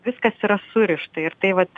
viskas yra surišta ir tai vat